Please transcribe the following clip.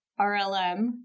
RLM